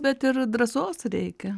bet ir drąsos reikia